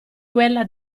quella